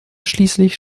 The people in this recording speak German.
schließlich